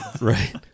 right